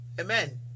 Amen